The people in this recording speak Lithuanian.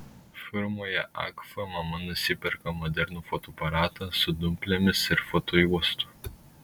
firmoje agfa mama nusiperka modernų fotoaparatą su dumplėmis ir fotojuostų